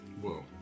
Whoa